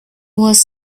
was